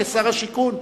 כשר השיכון,